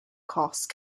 cost